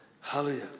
Hallelujah